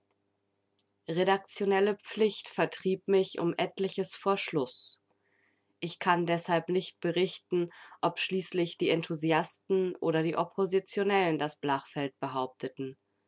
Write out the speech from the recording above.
redaktionelle pflicht vertrieb mich um etliches vor schluß ich kann deshalb nicht berichten ob schließlich die enthusiasten oder die oppositionellen das blachfeld behaupteten